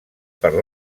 per